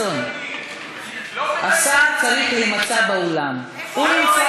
השר צריך לשבת בשולחן הממשלה.